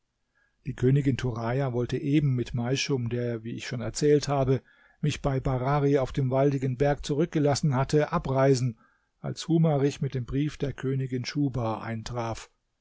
die königin turaja wollte eben mit meischum der wie ich schon erzählt habe mich bei barari auf dem waldigen berg zurückgelassen hatte abreisen als humarich mit dem brief der königin schuhba eintraf